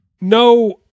no